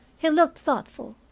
he looked thoughtful.